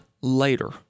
later